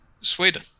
Sweden